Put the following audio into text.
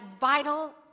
vital